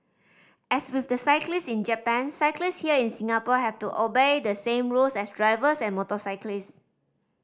as with the cyclist in Japan cyclists here in Singapore have to obey the same rules as drivers and motorcyclists